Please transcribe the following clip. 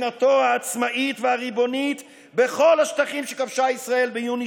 הקמת מדינתו העצמאית והריבונית בכל השטחים שכבשה ישראל ביוני